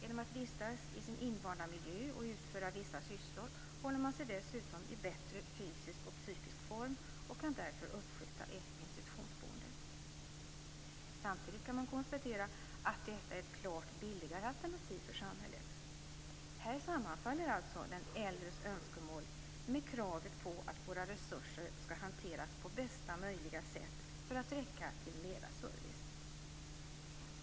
Genom att vistas i sin invanda miljö och utföra vissa sysslor håller man sig dessutom i bättre fysisk och psykisk form och kan därför uppskjuta ett institutionsboende. Samtidigt kan man konstatera att detta är ett klart billigare alternativ för samhället. Här sammanfaller alltså den äldres önskemål med kravet på att våra resurser skall hanteras på bästa möjliga sätt för att räcka till mera service.